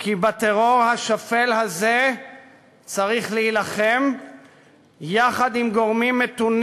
כי בטרור השפל הזה צריך להילחם יחד עם גורמים מתונים